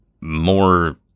more